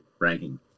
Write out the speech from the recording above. ranking